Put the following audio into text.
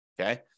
Okay